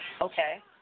Okay